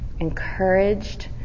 encouraged